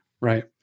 Right